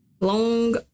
long